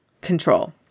control